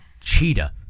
cheetah